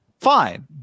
fine